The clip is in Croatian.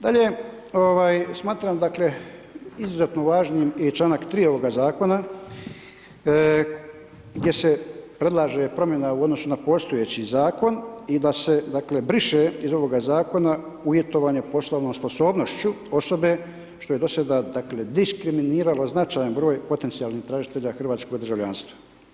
Dalje, smatram izuzetno važnim i čl. 3 ovoga zakona gdje se predlaže promjena u odnosu na postojeći zakon i da se dakle, briše iz ovoga zakona uvjetovanje poslovnom sposobnošću osobe što je do sada diskriminiralo značajan broj potencijalnih tražitelja hrvatskog državljanstva.